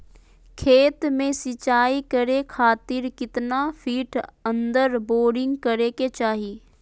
खेत में सिंचाई करे खातिर कितना फिट अंदर बोरिंग करे के चाही?